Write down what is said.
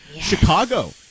Chicago